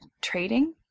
trading